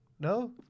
No